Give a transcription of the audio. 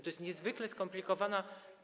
To jest niezwykle skomplikowana.